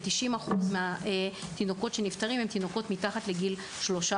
כ-90% מהתינוקות שנפטרים הם מתחת לגיל שלושה